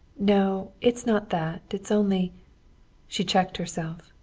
no. it's not that. it's only she checked herself.